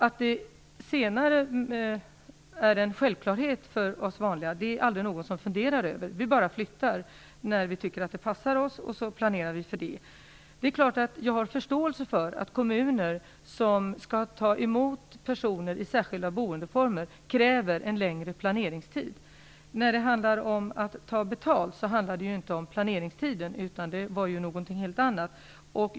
Att det är en självklarhet för oss vanliga är det ingen som funderar över. Vi bara flyttar när vi tycker att det passar oss, och sedan planerar vi för det. Det är klart att jag har förståelse för att kommuner som skall ta emot personer i särskilda boendeformer kräver en längre planeringstid. När det gäller att ta betalt så handlar det ju inte om planeringstiden utan något helt annat.